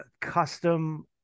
custom